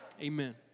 Amen